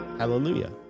Hallelujah